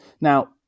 now